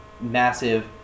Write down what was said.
massive